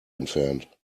entfernt